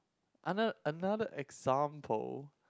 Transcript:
ano~ another example